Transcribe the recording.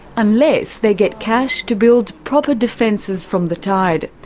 unless they get cash to build proper defences from the tide.